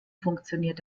funktioniert